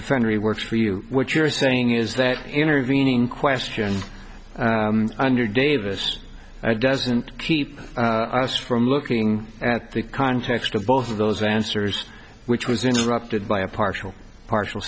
defender who works for you what you're saying is that intervening question under davis doesn't keep us from looking at the context of both of those answers which was interrupted by a partial partial